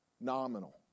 Nominal